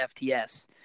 FTS